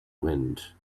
wind